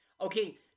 Okay